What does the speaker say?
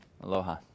Aloha